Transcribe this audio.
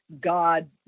God